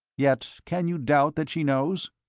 yet can you doubt that she knows?